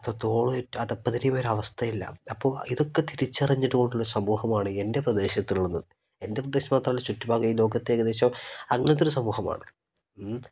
അത്രത്തോളം ഒരു അവസ്ഥയില്ല അപ്പോൾ ഇതൊക്കെ തിരിച്ചറിഞ്ഞിട്ടുകൊണ്ടുള്ള ഒരു സമൂഹമാണ് എൻ്റെ പ്രദേശത്ത് ഉള്ളത് എൻ്റെ പ്രദേശം മാത്രമല്ല ചുറ്റുഭാഗം ഈ ലോകത്ത് ഏകദേശം അങ്ങനെത്തൊരു സമൂഹമാണ് മ്